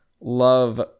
Love